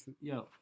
Yo